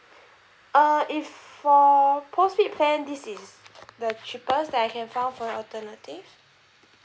uh if for postpaid plan this is the cheapest that I can found from your alternative